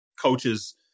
coaches